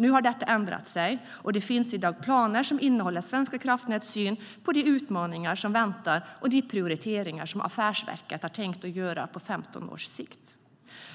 Nu har detta ändrat sig, och det finns i dag planer som innehåller Svenska kraftnäts syn på de utmaningar som väntar och de prioriteringar som affärsverket har tänkt göra på ca 15 års sikt.